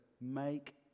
make